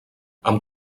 amb